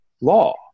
law